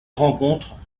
rencontre